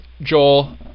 Joel